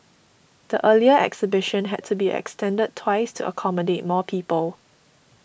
the earlier exhibition had to be extended twice to accommodate more people